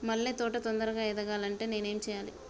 మల్లె తోట తొందరగా ఎదగాలి అంటే నేను ఏం చేయాలి?